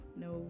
no